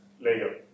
layer